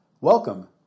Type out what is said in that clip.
Welcome